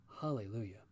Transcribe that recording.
Hallelujah